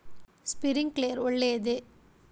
Sprinkler ಒಳ್ಳೇದೇ?